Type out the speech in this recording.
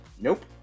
Nope